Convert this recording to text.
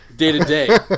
day-to-day